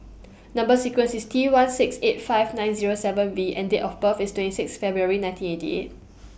Number sequence IS T one six eight five nine Zero seven V and Date of birth IS twenty six February nineteen eighty eight